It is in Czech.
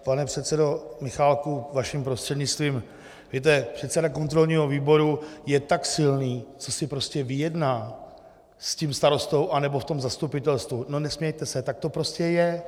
Pane předsedo Michálku, vaším prostřednictvím, víte, předseda kontrolního výboru je tak silný, co si prostě vyjedná s tím starostou nebo v tom zastupitelstvu, no nesmějte se, tak to prostě je.